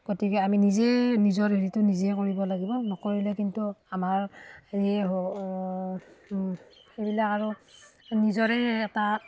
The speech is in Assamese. গতিকে আমি নিজেই নিজৰ হেৰিটো নিজে কৰিব লাগিব নকৰিলে কিন্তু আমাৰ হেৰি সেইবিলাক আৰু নিজৰে এটা